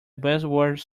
buzzword